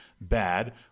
bad